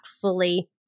fully